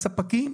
הספקים,